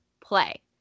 play